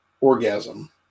orgasm